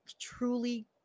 truly